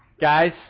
guys